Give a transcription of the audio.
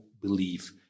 Believe